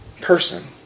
person